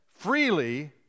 freely